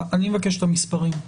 אני מבקש את המספרים.